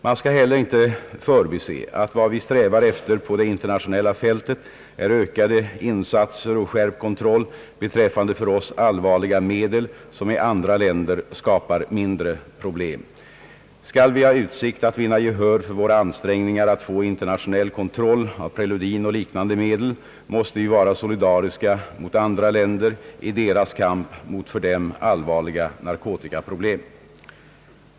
Man skall inte heller förbise, att vad vi strävar efter på det internationella fältet är ökade insatser och skärpt kontroll beträffande för oss allvarliga medel som i andra länder skapar mindre problem, Skall vi ha utsikt att vinna gehör för våra ansträngningar att få internationell kon troll av preludin och liknande medel, måste vi vara solidariska med andra länder i deras kamp mot för dem allvarliga narkotikaproblem.